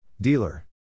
Dealer